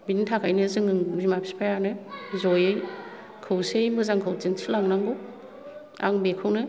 बिनि थाखायनो जोङो बिमा बिफायानो जयै खौसेयै मोजांखौ दिन्थिलांनांगौ आं बेखौनो